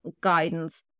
guidance